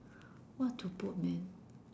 what to put man